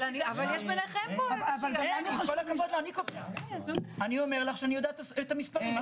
אני אומר לך שאני יודע את המספרים.